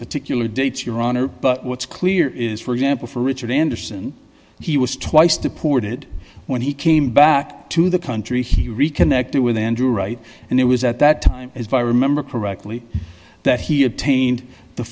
particular dates your honor but what's clear is for example for richard anderson he was twice deported when he came back to the country he reconnected with andrew right and it was at that time as by remember correctly that he obtained the